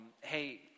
hey